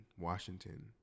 Washington